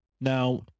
Now